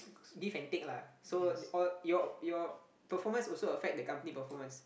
give and take lah so all your your performance also affect the company performance